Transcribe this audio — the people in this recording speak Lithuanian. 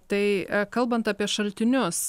tai kalbant apie šaltinius